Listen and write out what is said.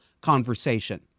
conversation